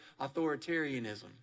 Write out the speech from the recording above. authoritarianism